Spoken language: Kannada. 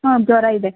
ಹಾಂ ಜ್ವರ ಇದೆ